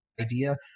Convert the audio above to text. idea